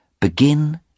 begin